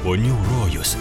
ponių rojus